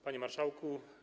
Panie Marszałku!